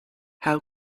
how